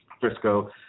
Frisco